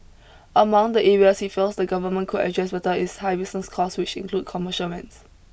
among the areas he feels the government could address better is high business costs which include commercial rents